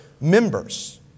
members